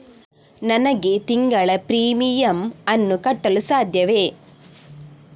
ನನಗೆ ತಿಂಗಳ ಪ್ರೀಮಿಯಮ್ ಅನ್ನು ಕಟ್ಟಲು ಸಾಧ್ಯವೇ?